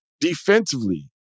defensively